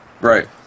Right